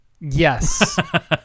Yes